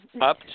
Up